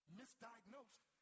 misdiagnosed